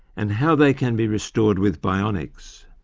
and how they can be restored with bionics.